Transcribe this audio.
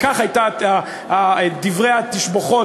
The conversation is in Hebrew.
על כך היו דברי התשבחות.